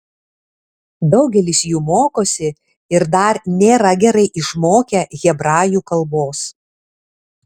daugelis jų mokosi ir dar nėra gerai išmokę hebrajų kalbos